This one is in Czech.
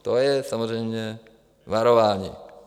To je samozřejmě varování.